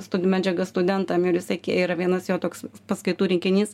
studijų medžiaga studentam ir jisai kė yra vienas jo toks paskaitų rinkinys